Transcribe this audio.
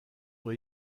will